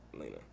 Lena